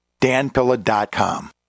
danpilla.com